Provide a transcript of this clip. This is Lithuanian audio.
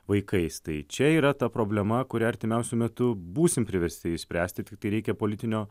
vaikais tai čia yra ta problema kurią artimiausiu metu būsim priversti išspręsti tiktai reikia politinio